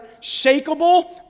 shakable